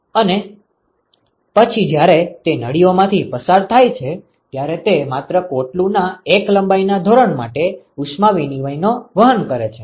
અને પછી જ્યારે તે આ નળીઓમાંથી પસાર થાય છે ત્યારે તે માત્ર કોટલું ના એક લંબાઈના ધોરણ માટે ઉષ્મા વિનિમયનો અનુભવ કરે છે